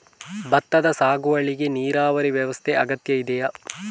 ಭತ್ತದ ಸಾಗುವಳಿಗೆ ನೀರಾವರಿ ವ್ಯವಸ್ಥೆ ಅಗತ್ಯ ಇದೆಯಾ?